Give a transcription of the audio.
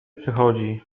przychodzi